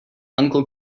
uncle